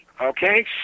Okay